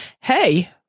hey